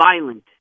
violent